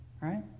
right